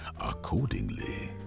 accordingly